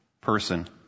person